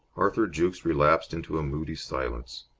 arthur jukes relapsed into a moody silence.